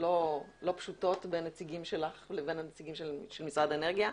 לא פשוטות בין הנציגים שלך לבין הנציגים של משרד האנרגיה.